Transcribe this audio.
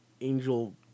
Angel